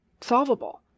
solvable